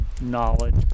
knowledge